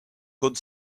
good